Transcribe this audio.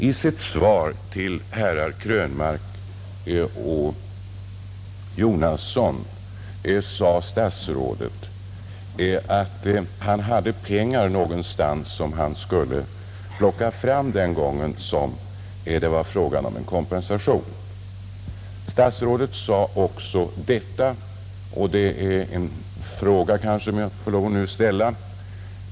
I sitt svar till herrar Krönmark och Jonasson sade statsrådet att han hade pengar någonstans som han skulle plocka fram när det blev fråga om att ge kompensation.